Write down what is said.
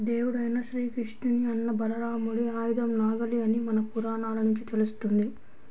దేవుడైన శ్రీకృష్ణుని అన్న బలరాముడి ఆయుధం నాగలి అని మన పురాణాల నుంచి తెలుస్తంది